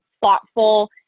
thoughtful